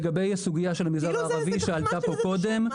כאילו זאת גחמה של תושבים.